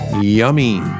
Yummy